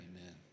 Amen